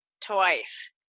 twice